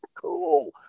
cool